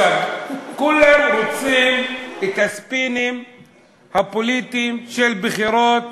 כולם רוצים את הספינים הפוליטיים של בחירות